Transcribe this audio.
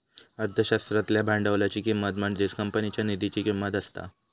अर्थशास्त्रातल्या भांडवलाची किंमत म्हणजेच कंपनीच्या निधीची किंमत असता